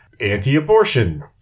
anti-abortion